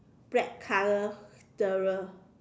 black color steerer